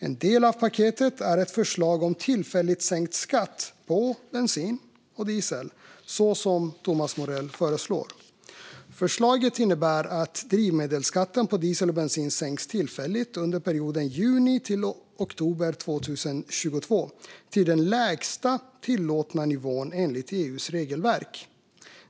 En del av paketet är ett förslag om tillfälligt sänkt skatt på bensin och diesel, så som Thomas Morell föreslår. Förslaget innebär att drivmedelsskatten på diesel och bensin sänks tillfälligt under perioden juni-oktober 2022 till den lägsta tillåtna nivån enligt EU:s regelverk.